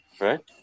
right